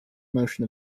motion